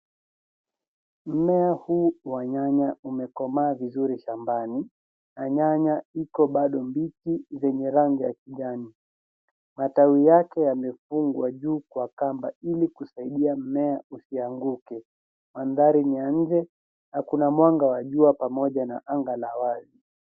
Mmea huu wa nyanya umekomaa vizuri shambani na nyanya iko bado mbichi zenye rangi ya kijani. Matawi yake yamefungwa juu kwa kamba ili kusaidia mmea isianguke. Mandhari ni ya nje na kuna mwanga wa jua pamoja na anga la wazi.